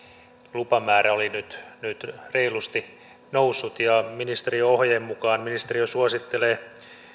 lupamäärä oli nyt nyt reilusti noussut ja ministeriön ohjeen mukaan ministeriö suosittelee